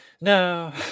no